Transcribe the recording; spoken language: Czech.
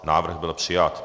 Návrh byl přijat.